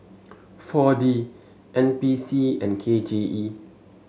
four D N P C and K J E